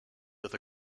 other